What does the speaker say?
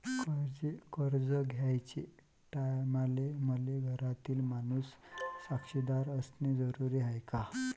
कर्ज घ्याचे टायमाले मले घरातील माणूस साक्षीदार असणे जरुरी हाय का?